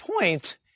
point